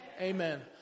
Amen